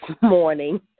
morning